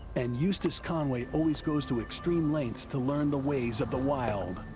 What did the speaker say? and eustace conway always goes to extreme lengths to learn the ways of the wild.